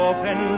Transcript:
Open